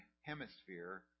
hemisphere